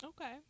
Okay